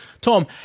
Tom